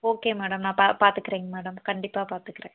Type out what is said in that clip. okay madam நான் பா பார்த்துக்குறேங்க மேடம் கண்டிப்பாக பார்த்துக்குறேன்